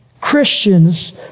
Christians